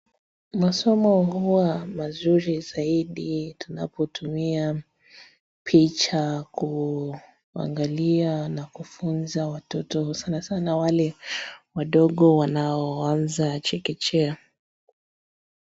Masomo huwa mazuri zaidi tunapotumia picha kuangalia na kufunza watoto sana sana wale wadogo wanaoanza chekechea.